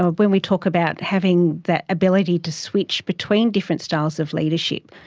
ah when we talk about having that ability to switch between different styles of leadership,